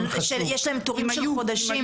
שיש להם תורים של חודשים,